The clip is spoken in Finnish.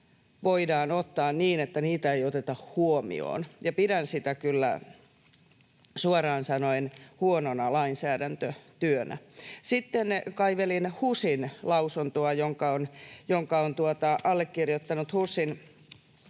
voidaan ottaa niin, että niitä ei oteta huomioon, ja pidän sitä kyllä suoraan sanoen huonona lainsäädäntötyönä. Sitten kaivelin HUSin lausuntoa, jonka on allekirjoittanut HUSin